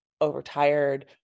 overtired